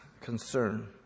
concern